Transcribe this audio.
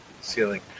ceiling